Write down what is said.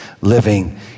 living